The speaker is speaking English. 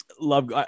love